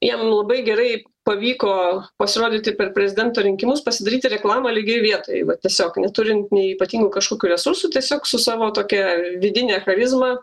jam labai gerai pavyko pasirodyti per prezidento rinkimus pasidaryti reklamą lygioj vietoj va tiesiog neturint nei ypatingų kažkokių resursų tiesiog su savo tokia vidine charizma